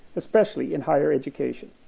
especially in higher education